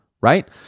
right